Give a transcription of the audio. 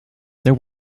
there